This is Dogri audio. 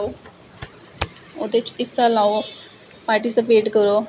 ओहदे च हिस्सा लेऔ पार्टीस्पेट करो